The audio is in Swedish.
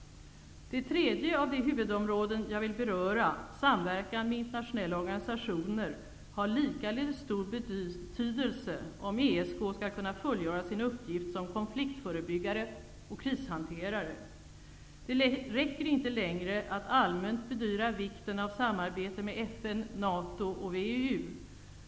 Det tredje av de huvudområden jag vill beröra, samverkan med internationella organisationer, har likaledes stor betydelse, om ESK skall kunna fullgöra sin uppgift som konfliktförebyggare och krishanterare. Det räcker inte längre att allmänt bedyra vikten av samarbete med FN, NATO och WEU.